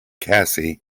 cassie